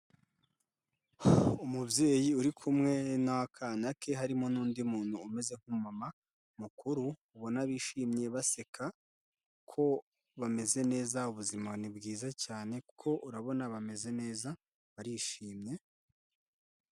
Umubyeyi uri kumwe n'akana ke, harimo n'undi muntu umeze nk'umumama mukuru, ubona bishimye baseka ko bameze neza, ubuzima ni bwiza cyane kuko urabona bameze neza, barishimye...